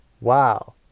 Wow